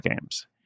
games